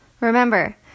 Remember